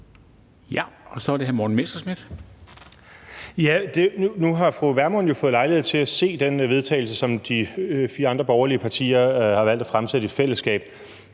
Kl. 17:16 Morten Messerschmidt (DF): Nu har fru Pernille Vermund jo fået lejlighed til at se det forslag til vedtagelse, som de fire andre borgerlige partier har valgt at fremsætte i fællesskab,